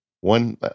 one